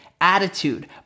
attitude